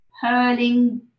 hurling